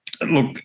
look